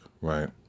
right